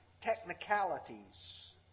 technicalities